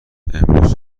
امروز